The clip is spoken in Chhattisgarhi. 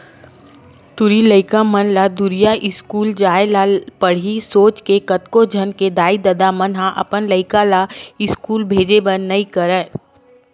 टूरी लइका मन ला दूरिहा इस्कूल जाय ल पड़ही सोच के कतको झन के दाई ददा मन ह अपन लइका ला इस्कूल भेजे बर नइ धरय